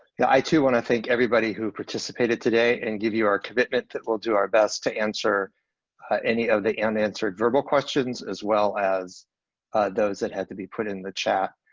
yeah i too wanna thank everybody who participated today and give you our commitment that we'll do our best to answer any of the unanswered verbal questions, as well as those that had to be put in the chat.